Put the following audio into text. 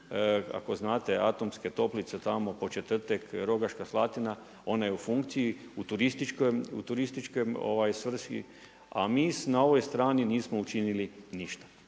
ako znate atomske toplice tamo Podčetrtek, Rogaška Slatina, ona je u funkciji, u turističkoj svrsi, a mi na ovoj strani nismo učinili ništa.